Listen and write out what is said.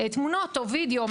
תמונות או וידאו,